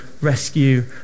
rescue